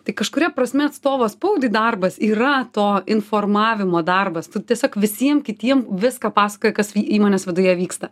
tai kažkuria prasme atstovo spaudai darbas yra to informavimo darbas tu tiesiog visiem kitiem viską pasakoji kas įmonės viduje vyksta